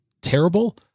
terrible